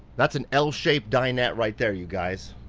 that's an l-shaped dinette right there, you guys.